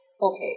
Okay